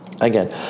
Again